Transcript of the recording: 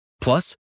Plus